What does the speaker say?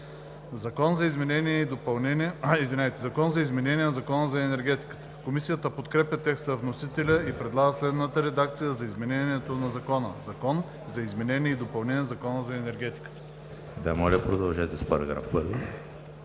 „Закон за изменение на Закона за енергетиката“.“ Комисията подкрепя текста на вносителя и предлага следната редакция за изменението на Закона: „Закон за изменение и допълнение на Закона за енергетиката“. Предложение на народния